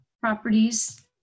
properties